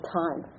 time